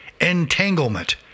entanglement